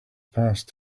passed